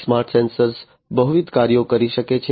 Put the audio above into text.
smart sensor બહુવિધ કાર્યો કરી શકે છે